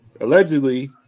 Allegedly